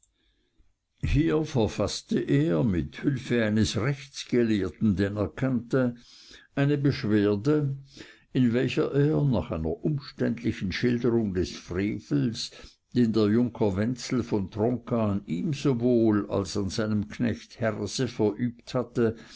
hier verfaßte er mit hülfe eines rechtsgelehrten den er kannte eine beschwerde in welcher er nach einer umständlichen schilderung des frevels den der junker wenzel von tronka an ihm sowohl als an seinem knecht herse verübt hatte